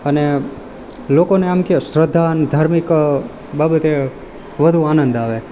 અને લોકોને આમ કે શ્રદ્ધા અને ધાર્મિક બાબતે વધુ આનંદ આવે